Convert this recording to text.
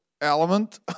element